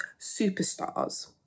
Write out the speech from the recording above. superstars